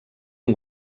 han